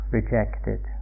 rejected